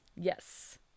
yes